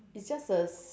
it's just a s~